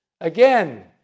Again